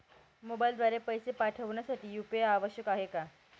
मोबाईलद्वारे पैसे पाठवण्यासाठी यू.पी.आय आवश्यक आहे का?